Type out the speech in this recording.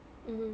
mmhmm